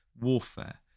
warfare